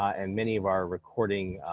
and many of our recording,